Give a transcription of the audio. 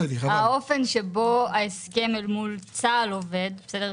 האופן שבו ההסכם אל מול צה"ל עובד, בסדר?